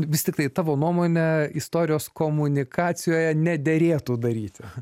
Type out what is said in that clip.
vis tik tai tavo nuomonė istorijos komunikacijoje nederėtų daryti